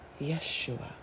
Yeshua